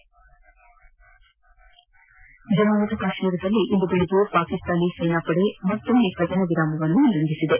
ಸಾಂಪ್ ಜಮ್ನು ಕಾಶ್ಮೀರದಲ್ಲಿ ಇಂದು ಬೆಳಗ್ಗೆ ಪಾಕಿಸ್ತಾನ ಸೇನಾಪಡೆ ಮತ್ತೆ ಕದನ ವಿರಾಮ ಉಲ್ಲಂಘಿಸಿದೆ